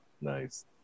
nice